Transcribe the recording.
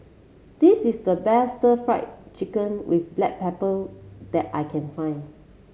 this is the best Stir Fried Chicken with Black Pepper that I can find